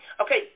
Okay